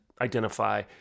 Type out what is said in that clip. identify